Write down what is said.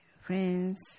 friends